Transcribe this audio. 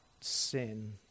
sin